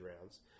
rounds